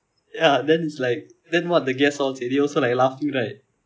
ya then is like then what the guests all say they also like laughing right